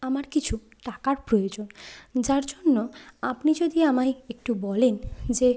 আমার কিছু টাকার প্রয়োজন যার জন্য আপনি যদি আমায় একটু বলেন যে